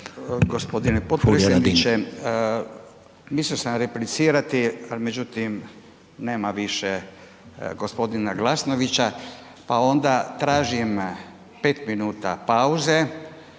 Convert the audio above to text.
Gospodine potpredsjedniče. Mislio sam replicirati, ali međutim nema više gospodina Glasnovića pa onda tražim pet minuta pauze